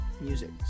music